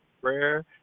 prayer